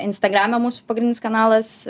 instagrame mūsų pagrindinis kanalas